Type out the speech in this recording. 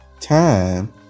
time